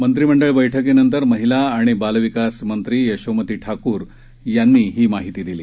मंत्रिमंडळ बैठकीनंतर महिला आणि बाल विकास मंत्री यशोमती ठाकूर यांनी ही माहिती दिली